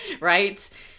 right